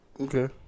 Okay